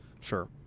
sure